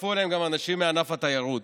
והצטרפו אליהם גם אנשים מענף התיירות.